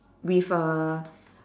with a